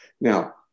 Now